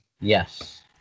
Yes